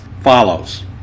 follows